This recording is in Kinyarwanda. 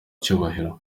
cyubahiro